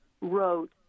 wrote